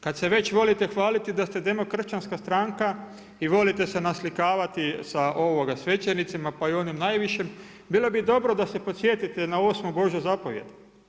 Kad se već volite hvaliti da ste demokršćanska stranka i volite se naslikavati sa svećenicima pa i onim najvišim bilo bi dobro da se podsjetite na osmu božju zapovijed.